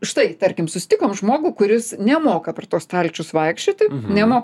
štai tarkim susitikom žmogų kuris nemoka per tuos stalčius vaikščioti nemoka